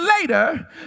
later